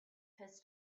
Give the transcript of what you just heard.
his